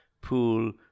pool